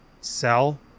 sell